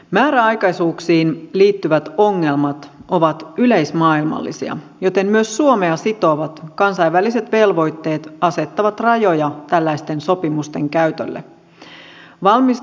määräaikaisuuksiin liittyvät ongelmat ovat yleismaailmallisia joten myös suomea sitovat kansainväliset velvoitteet asettavat rajoja tällaisten sopimusten käytölle